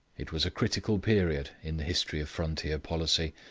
it was a critical period in the history of frontier policy,